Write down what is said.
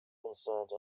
concerned